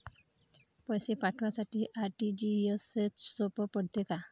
पैसे पाठवासाठी आर.टी.जी.एसचं सोप पडते का?